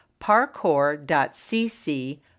parkour.cc